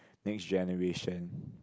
next generation